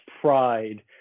pride